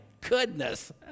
goodness